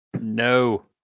No